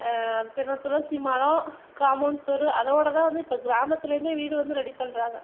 அது பேர் என்ன துளசிமாடம் காமௌண்ட் சுவர் அதோடுதான் வந்து இப்போ கிராமத்திலேயுமே வீடு வந்து ரெடி பண்ணுறாங்க